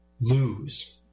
lose